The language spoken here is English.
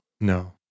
No